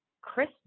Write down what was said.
Chris